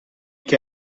che